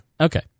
Okay